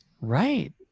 right